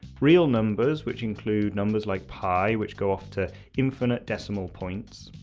real numbers which include numbers like pi which go off to infinite decimal points,